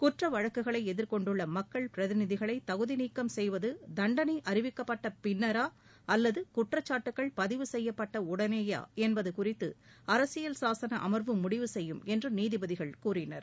குற்ற வழக்குகளை எதிர்கொண்டுள்ள மக்கள் பிரதிநிதிகளை தகுதி நீக்கம் செய்வது தண்டனை அறிவிக்கப்பட்ட பின்னரா அல்லது குற்றச்சாட்டுகள் பதிவு செய்யப்பட்டவுடனா என்பது குறித்து அரசியல் சாசன அமர்வு முடிவு செய்யும் என்று நீதிபதிகள் கூறினர்